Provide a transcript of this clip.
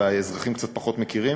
האזרחים פחות מכירים,